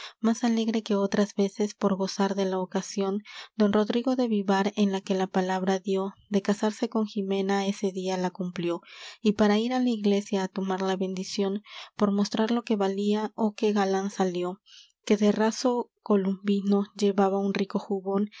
más alegre que otras veces por gozar de la ocasión don rodrigo de vivar el que la palabra dió de casarse con jimena ese día la cumplió y para ir á la iglesia á tomar la bendición por mostrar lo que valía oh qué galán que salió que de raso columbino llevaba un rico jubón